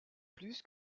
plus